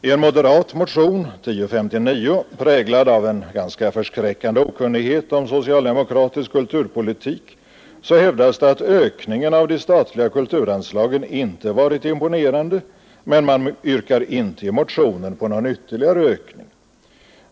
I en moderatmotion nr 1059, präglad av en ganska förskräckande okunnighet om socialdemokratisk kulturpolitik, hävdas att ökningen av de statliga kulturanslagen inte varit imponerande, men man yrkar inte i motionen på någon ytterligare ökning.